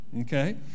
Okay